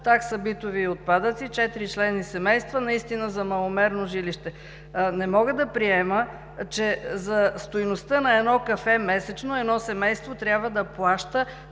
такса битови отпадъци, четиричленни семейства –наистина за маломерно жилище. Не мога да приема, че за стойността на едно кафе месечно едно семейство трябва да плаща